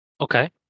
Okay